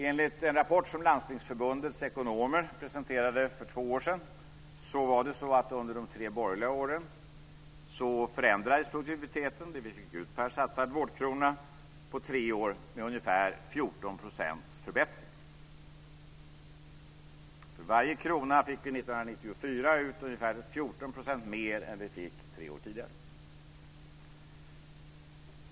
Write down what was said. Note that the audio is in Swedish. Enligt en rapport som Landstingsförbundets ekonomer presenterade för två år sedan förbättrades produktiviteten, det vi fick ut per satsad vårdkrona, under de tre borgerliga åren med ungefär 14 %. För varje krona fick vi 1994 ut ungefär 14 % mer än vi fick tre år tidigare.